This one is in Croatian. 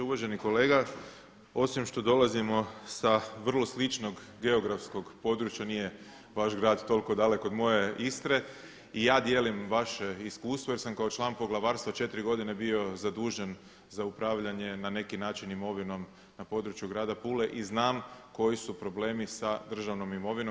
Uvaženi kolega, osim što dolazimo sa vrlo sličnog geografskog područja, nije vaš grad toliko daleko od moje Istre i ja dijelim vaše iskustvo jer sam kao član Poglavarstva 4 godine bio zadužen za upravljanje na neki način imovinom na području grada Pule i znam koji su problemi sa državnom imovinom.